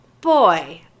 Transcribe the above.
boy